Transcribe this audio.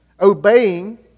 obeying